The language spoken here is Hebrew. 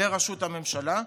לראשות הממשלה.